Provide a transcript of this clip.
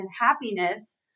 happiness